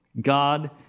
God